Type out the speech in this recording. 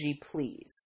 please